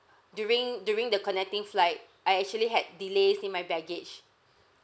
during during the connecting flight I actually had delays in my baggage